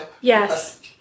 Yes